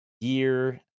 Year